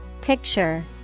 Picture